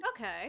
Okay